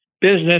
business